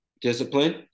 discipline